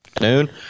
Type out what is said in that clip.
Noon